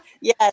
yes